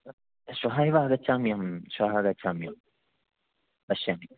श्वः एव आगच्छामि अहं श्वः गच्छामि अहं पश्यामि